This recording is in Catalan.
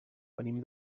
venim